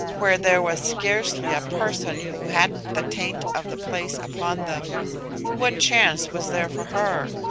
where there was scarcely a person who hadn't the taint of the place upon them what chance was there for her?